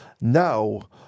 Now